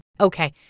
Okay